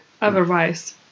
otherwise